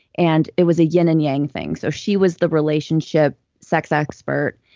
and it was a yin and yang thing. so she was the relationship sex expert,